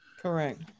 Correct